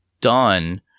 done